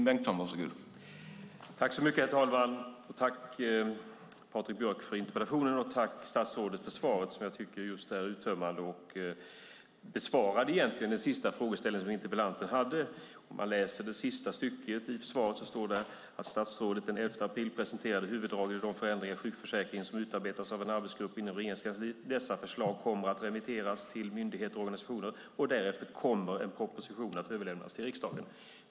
Herr talman! Jag tackar Patrik Björck för interpellationen och statsrådet för svaret, som jag tycker är uttömmande. Det besvarar egentligen den sista frågeställningen som interpellanten hade. Om man läser det sista stycket i svaret ser man att det står att statsrådet den 11 april presenterade huvuddragen i de förändringar i sjukförsäkringen som har utarbetats av en arbetsgrupp inom Regeringskansliet. Dessa förslag kommer att remitteras till myndigheter och organisationer, och därefter kommer en proposition att överlämnas till riksdagen.